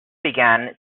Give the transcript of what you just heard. began